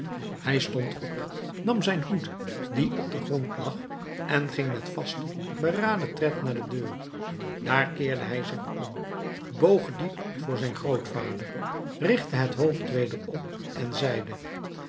hij stond op nam zijn hoed die op den grond lag en ging met vasten beraden tred naar de deur daar keerde hij zich om boog diep voor zijn grootvader richtte het hoofd weder op en zeide